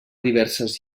diverses